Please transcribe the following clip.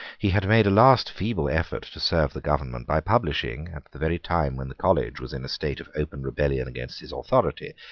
he had made a last feeble effort to serve the government by publishing, at the very time when the college was in a state of open rebellion against his authority,